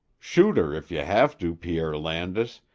shoot her if you hev to, pierre landis,